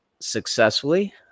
successfully